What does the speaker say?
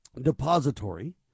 depository